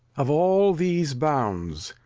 of all these bounds,